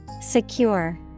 Secure